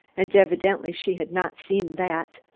and evidently she had not seen that!